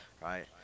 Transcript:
right